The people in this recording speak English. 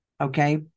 Okay